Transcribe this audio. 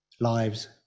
lives